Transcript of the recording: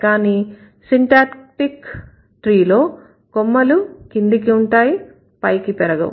కానీ syntactic tree లో కొమ్మలు క్రిందికి ఉంటాయి పైకి పెరగవు